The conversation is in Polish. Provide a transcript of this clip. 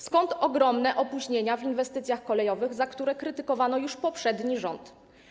Skąd ogromne opóźnienia w inwestycjach kolejowych, za które krytykowano już poprzedni rząd?